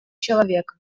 человека